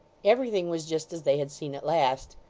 everything was just as they had seen it last.